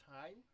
time